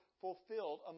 fulfilled